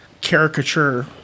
caricature